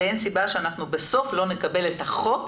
ואין סיבה שאנחנו בסוף לא נקבל את החוק